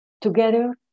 together